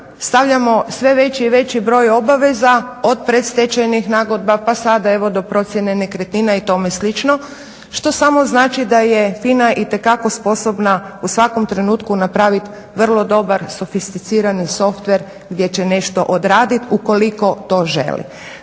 stavljamo sve veći i veći broj obaveza od predstečajnih nagodbi pa sada evo do procjene nekretnina i tome slično, što samo znači da je FINA itekako sposobna u svakom trenutku napravit vrlo dobar sofisticirani softver gdje će nešto odradit ukoliko to želi.